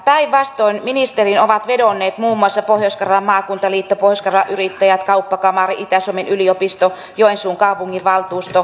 päinvastoin ministeriin ovat vedonneet muun muassa pohjois karjalan maakuntaliitto pohjois karjalan yrittäjät kauppakamari itä suomen yliopisto ja joensuun kaupunginvaltuusto